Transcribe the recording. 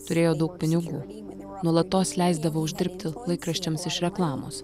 turėjo daug pinigų nuolatos leisdavo uždirbti laikraščiams iš reklamos